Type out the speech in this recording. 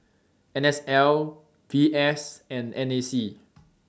NSL VS and NAC